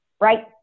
Right